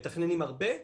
מתכננים הרבה,